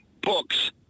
Books